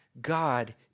God